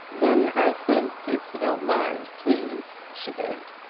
then i think, if you don't mind, please, she begged,